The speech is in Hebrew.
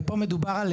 ופה מדובר,